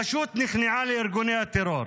פשוט נכנעה לארגוני הטרור,